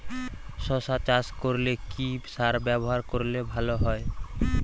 শশা চাষ করলে কি সার ব্যবহার করলে ভালো হয়?